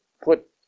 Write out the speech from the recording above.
put